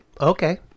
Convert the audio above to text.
okay